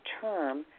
term